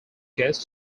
guest